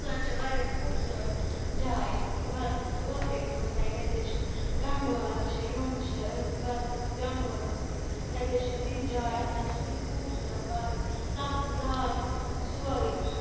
سُہ حظ چھِ واریاہ خوٗبصوٗرت جاے بہٕ حظ ٲسٕس اوترٕے گٔمٕژ تَے تَتہِ حظ چھُ گَنٛڈولا چھِ یم چھِ بہٕ حظ کھٔژٕس گَنٛڈولَس تہِ تَتہِ حظ چھِ تِژھ جاے اَسہِ حظ چھِ تِژھ خوٗبصوٗرت وادی سبزٕزار سورُے